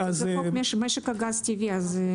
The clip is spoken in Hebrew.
זה חוק משק הגז הטבעי.